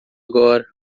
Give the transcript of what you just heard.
agora